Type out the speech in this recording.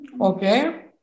Okay